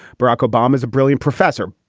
barack obama's a brilliant professor.